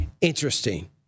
interesting